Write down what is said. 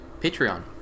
Patreon